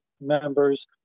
members